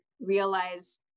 realize